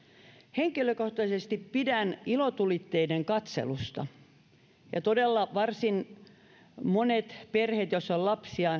henkilökohtaisesti pidän ilotulitteiden katselusta ja todella varsin monissa perheissä joissa on lapsia